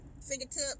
fingertip